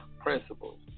principles